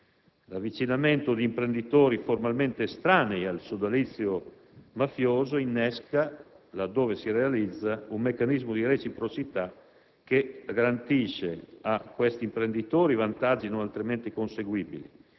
l'avvicinamento di imprenditori formalmente estranei al sodalizio mafioso innesca, laddove si realizza, un meccanismo di reciprocità che garantisce a quegli imprenditori vantaggi non altrimenti conseguibili